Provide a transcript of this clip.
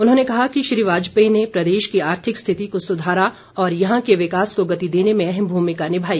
उन्होंने कहा कि श्री वाजपेयी ने प्रदेश की आर्थिक स्थिति को सुधारा और यहां के विकास को गति देने में अहम भूमिका निभाई